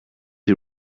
who